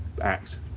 act